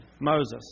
Moses